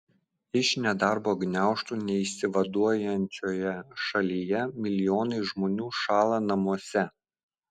iš nedarbo gniaužtų neišsivaduojančioje šalyje milijonai žmonių šąla namuose